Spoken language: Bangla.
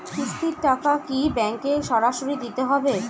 কিস্তির টাকা কি ব্যাঙ্কে সরাসরি দিতে হবে?